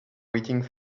waiting